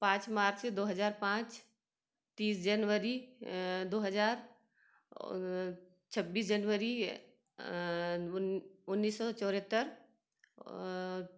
पाँच मार्च से दो हज़ार पाँच तीस जनवरी दो हज़ार छब्बीस जनवरी उन्नीस सौ चौहत्तर